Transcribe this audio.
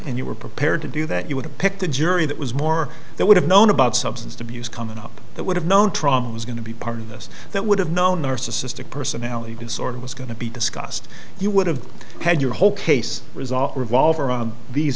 and you were prepared to do that you would have picked a jury that was more that would have known about substance abuse coming up that would have known trump was going to be part of this that would have known narcissistic personality disorder was going to be discussed you would have had your whole case result revolve around these